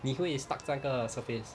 你会 stuck 在一个 surface